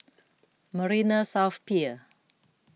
Marina South Pier